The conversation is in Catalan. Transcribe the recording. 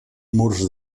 murs